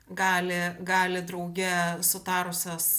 gali gali drauge sutarusios